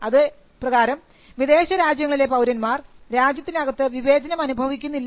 അത് പ്രകാരം വിദേശരാജ്യങ്ങളിലെ പൌരന്മാർ രാജ്യത്തിനകത്ത് വിവേചനം അനുഭവിക്കുന്നില്ല